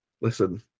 Listen